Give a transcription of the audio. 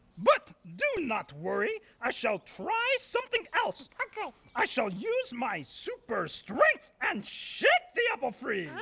but do not worry, i shall try something else. oh good. i shall use my super strength and shake the apple free.